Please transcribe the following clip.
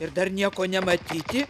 ir dar nieko nematyti